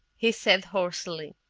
he said hoarsely.